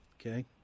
okay